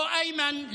לא איימן,